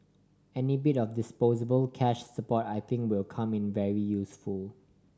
any bit of disposable cash support I think will come in very useful